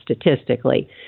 statistically